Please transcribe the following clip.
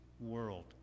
world